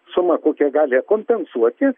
suma kokią gali kompensuoti